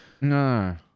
No